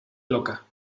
loca